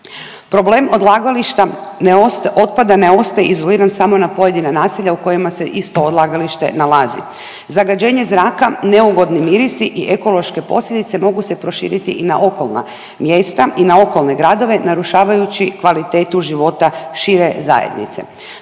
Problem odlagališta ne ost… otpada ne ostaje izoliran samo na pojedina naselja u kojem se isto odlagalište nalazi. Zagađenje zraka, neugodni mirisi i ekološke posljedice mogu se proširiti i na okolna mjesta i na okolne gradove narušavajući kvalitetu života šire zajednice.